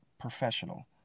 professional